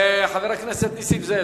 חבר הכנסת נסים זאב,